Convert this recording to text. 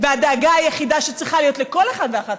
והדאגה היחידה שצריכה להיות לכל אחד ואחת